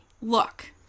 Look